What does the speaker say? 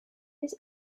his